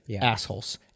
assholes